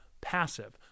passive